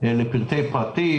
לפרטי פרטים,